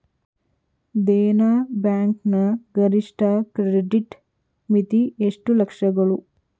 Dena bank ನ ಗರಿಷ್ಠ credit ಮಿತಿ ಎಷ್ಟು ಲಕ್ಷಗಳು?